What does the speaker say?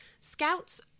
scouts